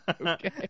Okay